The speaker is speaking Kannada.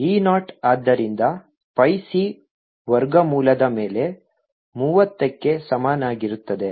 E 0 ಆದ್ದರಿಂದ pi c ವರ್ಗಮೂಲದ ಮೇಲೆ ಮೂವತ್ತಕ್ಕೆ ಸಮನಾಗಿರುತ್ತದೆ